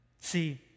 See